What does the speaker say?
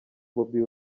bobi